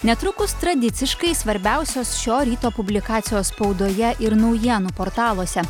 netrukus tradiciškai svarbiausios šio ryto publikacijos spaudoje ir naujienų portaluose